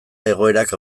egoerak